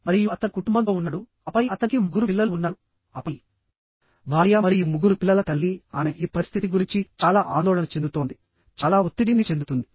మరియు అతను కుటుంబంతో ఉన్నాడు ఆపై అతనికి ముగ్గురు పిల్లలు ఉన్నారుఆపై భార్య మరియు ముగ్గురు పిల్లల తల్లి ఆమె ఈ పరిస్థితి గురించి చాలా ఆందోళన చెందుతోంది చాలా ఒత్తిడి ని చెందుతుంది